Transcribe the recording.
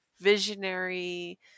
visionary